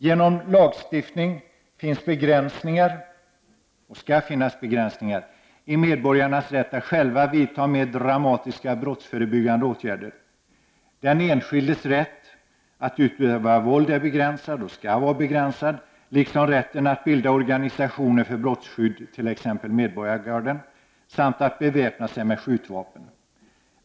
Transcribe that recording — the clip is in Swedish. Genom lagstiftning finns begränsningar — och skall finnas begränsningar — i medborgarnas rätt att själva vidta mer dramatiska brottsförebyggande åtgärder. Den enskildes rätt att utöva våld är begränsad — och skall vara begränsad — liksom rätten att bilda organisationer för brottsskydd, t.ex. medborgargarden, samt att beväpna sig med skjutvapen.